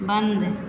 बंद